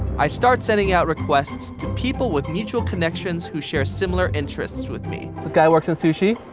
i start sending out requests to people with mutual connections who share similar interests with me. this guy works in sushi.